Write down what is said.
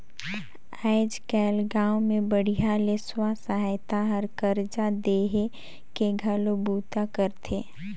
आयज कायल गांव मे बड़िहा ले स्व सहायता हर करजा देहे के घलो बूता करथे